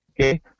okay